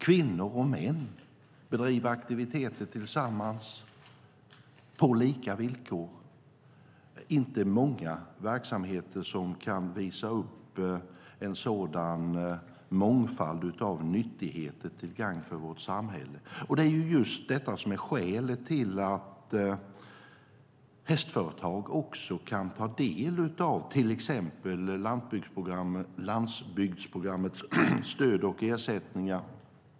Kvinnor och män kan bedriva aktiviteter tillsammans på lika villkor. Det är inte många verksamheter som kan visa upp en sådan mångfald av nyttigheter till gagn för vårt samhälle. Det är just detta som är skälet till att hästföretag kan ta del av landsbygdsprogrammets stöd och ersättningar.